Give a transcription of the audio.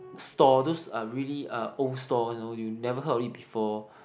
stalls those uh really uh old stalls you know you never heard of it before